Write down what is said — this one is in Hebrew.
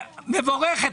מבורכת.